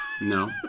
no